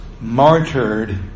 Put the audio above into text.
martyred